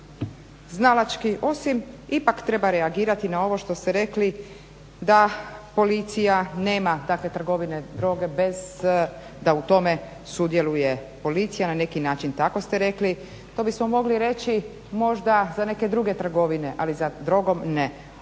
znalački osim ipak treba reagirati na ovo što ste rekli da policija nema takve trgovine droge bez da u tome sudjeluje policija na neki način tako ste rekli. To bismo možda mogli reći za neke druge trgovine ali sa drogom ne.